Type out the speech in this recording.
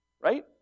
right